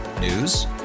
News